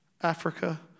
Africa